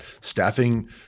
staffing